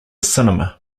cinema